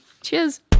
Cheers